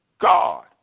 God